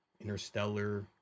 Interstellar